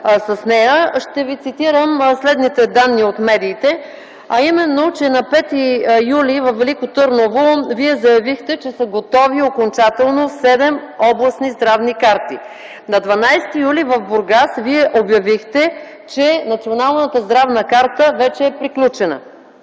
с нея, ще Ви цитирам следните данни от медиите, а именно, че на 5 юли т.г. във Велико Търново Вие заявихте, че са готови окончателно седем областни здравни карти. На 12 юли в Бургас Вие обявихте, че Националната здравна карат вече е приключена.